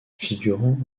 figurant